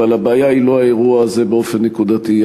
אבל הבעיה היא לא האירוע הזה באופן נקודתי,